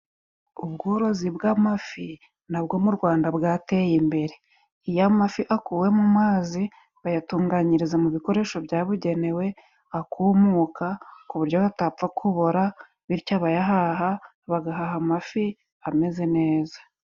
Ubworozi bw'amafi nabwo mu Rwanda bwateye imbere. Iyo amafi akuwemo mazi, bayatunganyiriza mu bikoresho byabugenewe, akumuka, ku buryo batapfa kubora, bityo abayahaha bagahaha amafi ameze neza.